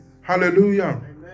Hallelujah